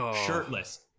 shirtless